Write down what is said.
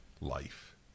life